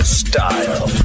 style